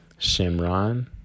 Shimron